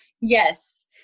Yes